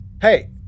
Hey